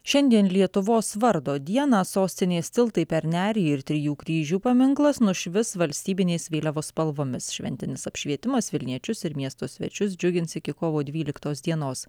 šiandien lietuvos vardo dieną sostinės tiltai per nerį ir trijų kryžių paminklas nušvis valstybinės vėliavos spalvomis šventinis apšvietimas vilniečius ir miesto svečius džiugins iki kovo dvyliktos dienos